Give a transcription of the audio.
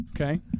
Okay